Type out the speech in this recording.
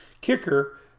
Kicker